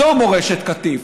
זו מורשת קטיף.